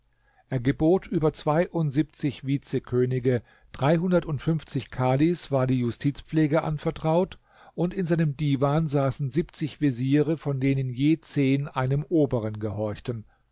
er gebot über zweiundsiebzig vizekönige dreihundertundfünfzig kadhis war die justizpflege anvertraut und in seinem divan saßen siebzig veziere von denen je zehn einem oberen gehorchten